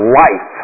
life